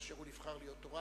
כאשר הוא נבחר להיות תורן,